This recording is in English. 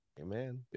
Amen